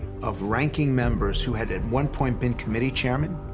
of ranking members who had at one point been committee chairmen,